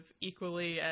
equally